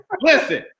Listen